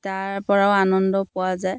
তাৰ পৰাও আনন্দ পোৱা যায়